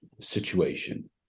situation